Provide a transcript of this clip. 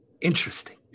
interesting